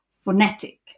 phonetic